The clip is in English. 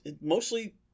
mostly